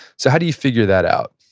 so how do you figure that out?